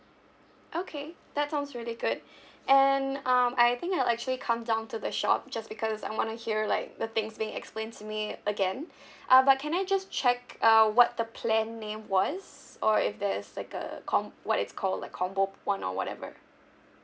okay that sounds really good and um I I think I'll actually come down to the shop just because I want to hear like the things being explained to me again uh but can I just check uh what the plan name was or if there's like a com~ what it's called like combo one or whatever